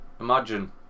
imagine